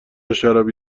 شرابی